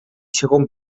segon